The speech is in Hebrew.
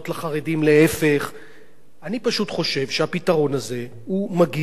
אני פשוט חושב שהפתרון הזה מגיע לכל אזרחי מדינת ישראל.